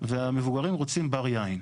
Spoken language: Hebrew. והמבוגרים רוצים בר יין.